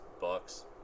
Bucks